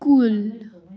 کُل